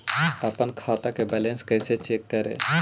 अपन खाता के बैलेंस कैसे चेक करे?